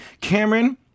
Cameron